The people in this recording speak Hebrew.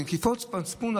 נקיפות מצפון,